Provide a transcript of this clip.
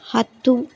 ಹತ್ತು